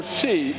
see